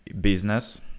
business